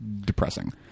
depressing